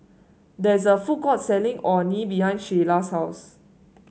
there is a food court selling Orh Nee behind Shayla's house